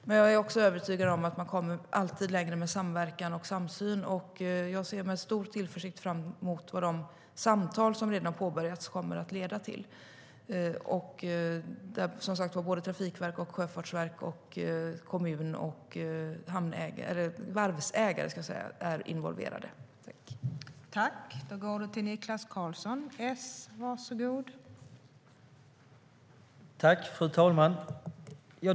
Men jag är också övertygad om att man alltid kommer längre med samverkan och samsyn, och jag ser med stor tillförsikt fram emot vad de samtal som redan har påbörjats kommer att leda till. Och, som sagt, Trafikverket, Sjöfartsverket, kommun och varvsägare är involverade.